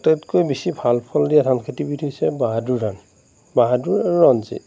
আটাইতকৈ বেছি ভাল ফল দিয়া ধান খেতিবিধ হৈছে বাহাদুৰ ধান বাহাদুৰ আৰু ৰঞ্জিত